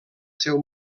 seu